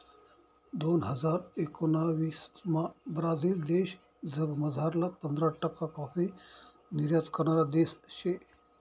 दोन हजार एकोणाविसमा ब्राझील देश जगमझारला पंधरा टक्का काॅफी निर्यात करणारा देश शे